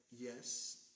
yes